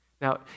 Now